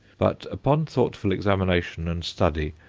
but, upon thoughtful examination and study,